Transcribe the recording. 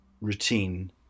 routine